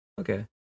Okay